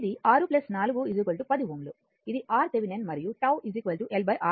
ఇది 6 4 10 Ω ఇది RThevenin మరియు τ L RThevenin సరైనది